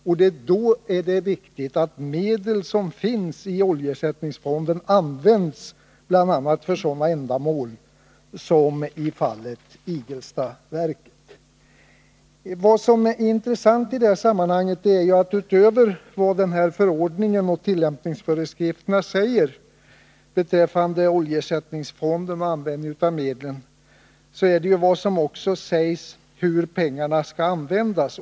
Då är det också viktigt att de medel som finns i oljeersättningsfonden används, bl.a. i sådana fall som beträffande Igelstaverket. Förutom vad som sägs i förordningen och tillämpningsföreskrifterna beträffande oljeersättningsfonden och användningen av medlen, är det ju intressant att se vad som föreskrivs om pengarnas användning.